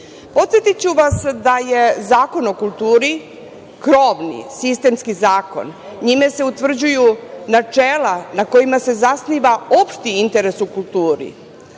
zemlje. Podsetiću vas da je Zakon o kulturi krovni, sistemski zakon. Njime se utvrđuju načela na kojima se zasniva opšti interes u kulturi,